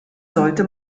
sollte